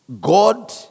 God